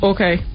Okay